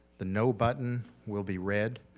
the no button will be red,